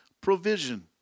provision